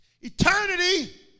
eternity